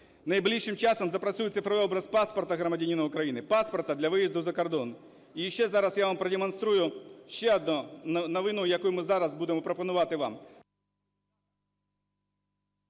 Найближчим часом запрацює цифровий образ паспорта громадянина України, паспорта для виїзду за кордон. І ще зараз я вам продемонструю ще одну новину, яку ми зараз будемо пропонувати вам.